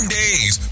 days